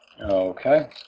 Okay